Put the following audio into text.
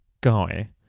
guy